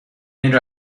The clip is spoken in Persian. این